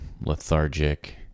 lethargic